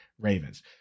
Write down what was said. Ravens